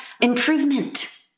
improvement